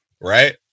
Right